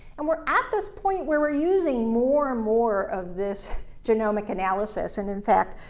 and we're at this point where we're using more and more of this genomic analysis, and, in fact,